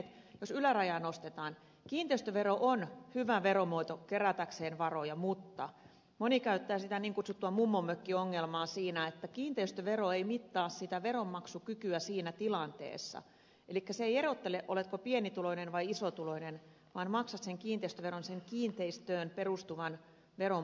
jos ylärajaa nostetaan kiinteistövero on hyvä veromuoto kerätä varoja mutta moni käyttää sitä niin kutsuttua mummonmökkiongelmaa eli kiinteistövero ei mittaa veronmaksukykyä siinä tilanteessa elikkä se ei erottele oletko pienituloinen vai isotuloinen vaan maksat kiinteistöveron kiinteistöön perustuvan veron pohjalta